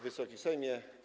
Wysoki Sejmie!